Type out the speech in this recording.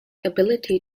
ability